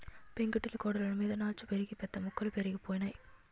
పెంకుటిల్లు గోడలమీద నాచు పెరిగి పెద్ద మొక్కలు పెరిగిపోనాయి